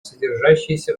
содержащиеся